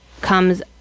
comes